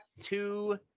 two